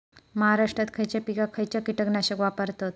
महाराष्ट्रात खयच्या पिकाक खयचा कीटकनाशक वापरतत?